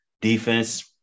defense